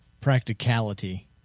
practicality